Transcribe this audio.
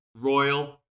royal